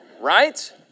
right